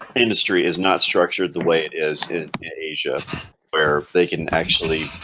industry is not structured the way it is in asia where they can actually